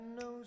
no